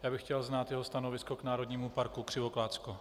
Já bych chtěl znát jeho stanovisko k Národnímu parku Křivoklátsko.